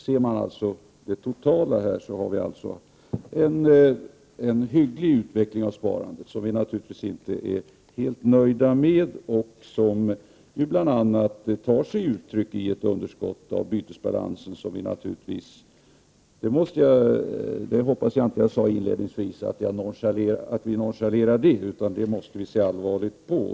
Ser man till den totala bilden, har vi således en hygglig utveckling av sparandet. Vi är naturligtvis inte helt nöjda med den. Den tar sig bl.a. uttryck i ett underskott i bytesbalansen. Jag hoppas att jag inledningsvis inte sade att vi nonchalerar detta. Det här måste vi ta allvarligt på.